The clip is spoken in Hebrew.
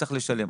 צריך לשלם.